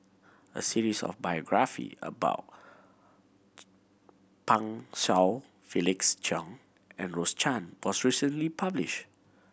a series of biography about Pan Shou Felix Cheong and Rose Chan was recently published